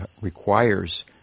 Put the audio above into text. requires